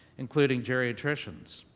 including geriatricians.